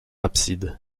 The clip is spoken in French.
absides